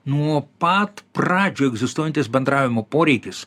nuo pat pradžių egzistuojantis bendravimo poreikis